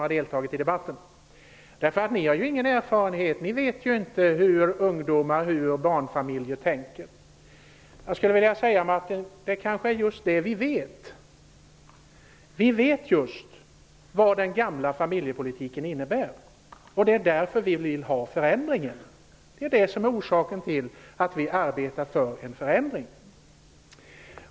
Martin Nilsson säger att vi inte har någon erfarenhet, att vi inte vet hur ungdomar och barnfamiljer tänker. Jag skulle vilja säga Martin Nilsson att det kanske är just det som vi vet. Vi vet vad den gamla familjepolitiken innebär. Det är därför som vi vill ha och arbetar för en förändring.